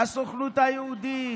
הסוכנות היהודית,